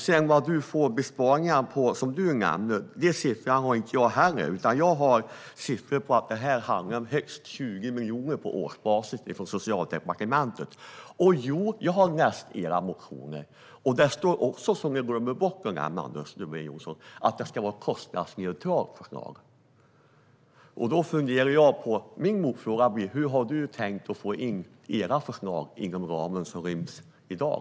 Den siffra på besparingar som du nämner, Anders W Jonsson, har jag inte här, utan jag har siffror från Socialdepartementet på att det handlar om högst 20 miljoner på årsbasis. Jo, jag har läst era motioner, och där står att det ska vara ett kostnadsneutralt förslag. Min motfråga blir: Hur har du tänkt att era förslag ska rymmas inom dagens ram?